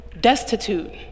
destitute